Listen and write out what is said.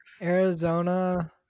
Arizona